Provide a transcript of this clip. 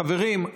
חברים,